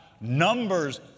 Numbers